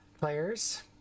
players